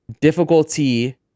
difficulty